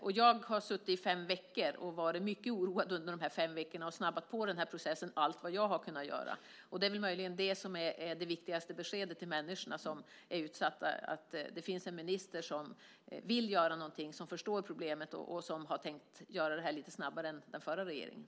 Jag har suttit som minister i fem veckor. Jag har varit mycket oroad under de här fem veckorna och snabbat på den här processen allt vad jag har kunnat. Det är väl möjligen det som är det viktigaste beskedet till de människor som är utsatta: att det finns en minister som vill göra något, som förstår problemet och som har tänkt göra det här lite snabbare än den förra regeringen.